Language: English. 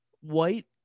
white